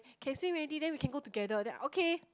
can swim already then we can go together then I okay